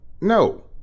No